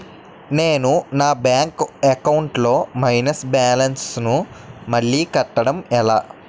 నేను నా bank account లొ మైనస్ బాలన్స్ ను మళ్ళీ కట్టడం ఎలా?